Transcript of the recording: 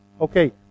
Okay